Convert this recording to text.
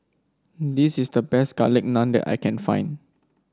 this is the best Garlic Naan that I can find